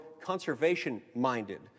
conservation-minded